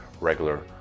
regular